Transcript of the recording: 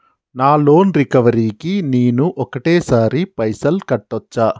నా loan recovery కి నేను ఒకటేసరి పైసల్ కట్టొచ్చా?